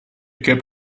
cup